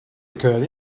occurred